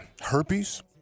herpes